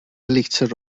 litr